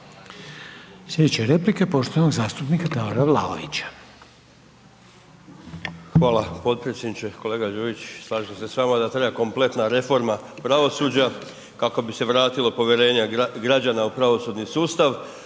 Slijedeće replike poštovanog zastupnika Gordana Aleksića.